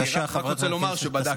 אני רק רוצה לומר שבדקתי.